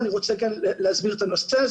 ואני רוצה להסביר את הנושא.